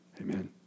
Amen